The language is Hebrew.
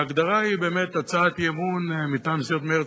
ההגדרה היא באמת הצעת אי-אמון מטעם סיעות מרצ